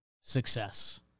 success